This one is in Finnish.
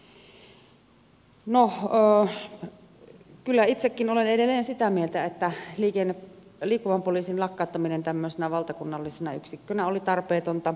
no kyllä itsekin olen edelleen sitä mieltä että liikkuvan poliisin lakkauttaminen tämmöisenä valtakunnallisena yksikkönä oli tarpeetonta